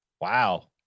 Wow